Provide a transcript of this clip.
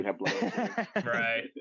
Right